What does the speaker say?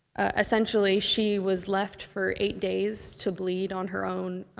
essentially, she was left for eight days to bleed, on her own,